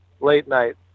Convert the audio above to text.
late-night